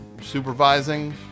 supervising